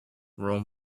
rome